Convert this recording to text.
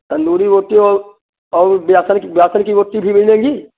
तंदूरी रोटी और बेसन की रोटी बेसन की रोटी भी मिलेगी